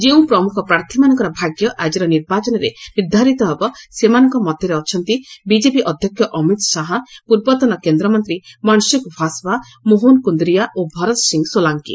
ଯେଉଁ ପ୍ରମୁଖ ପ୍ରାର୍ଥୀମାନଙ୍କର ଭାଗ୍ୟ ଆଜିର ନିର୍ବାଚନରେ ନିର୍ଦ୍ଧାରିତ ହେବ ସେମାନଙ୍କ ମଧ୍ୟରେ ଅଛନ୍ତି ବିଜେପି ଅଧ୍ୟକ୍ଷ ଅମିତ ଶାହା ପୂର୍ବତନ କେନ୍ଦ୍ରମନ୍ତ୍ରୀ ମନସୁଖ ଭାସଭା ମୋହନ କୁନ୍ଦରିଆ ଓ ଭରତ ସିଂ ସୋଲାଙ୍କି